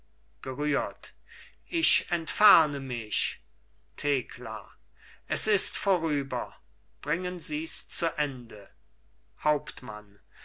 gerührt ich entferne mich thekla es ist vorüber bringen sies zu ende hauptmann